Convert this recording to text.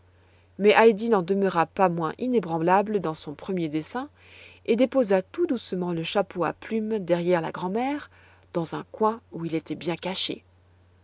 mais heidi n'en demeura pas moins inébranlable dans son premier dessein et déposa tout doucement le chapeau à plumes derrière la grand'mère dans un coin où il était bien caché